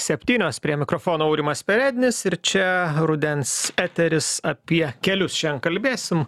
septynios prie mikrofono aurimas perednis ir čia rudens eteris apie kelius šian kalbėsim